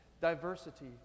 diversity